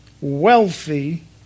wealthy